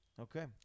Okay